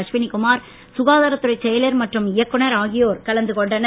அஸ்வினி குமார் சுகாதாரத் துறைச் செயலர் மற்றும் இயக்குனர் ஆகியோர் கலந்து கொண்டனர்